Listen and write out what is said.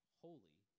holy